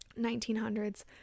1900s